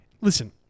Listen